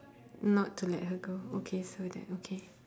not to let her go okay so that okay